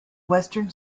western